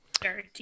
Dirty